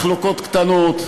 מחלוקות קטנות,